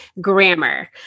grammar